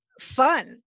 fun